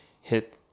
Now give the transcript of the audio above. hit